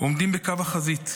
עומדים בקו החזית,